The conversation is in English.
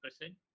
person